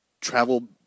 travel